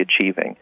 achieving